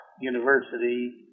University